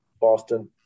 Boston